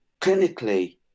clinically